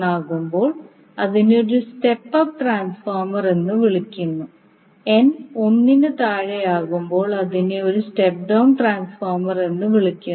ആകുമ്പോൾ അതിനെ ഒരു സ്റ്റെപ്പ് അപ്പ് ട്രാൻസ്ഫോർമർ എന്ന് വിളിക്കുന്നു ആകുമ്പോൾ അതിനെ ഒരു സ്റ്റെപ്പ് ഡൌൺ ട്രാൻസ്ഫോർമർ എന്ന് വിളിക്കുന്നു